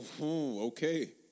okay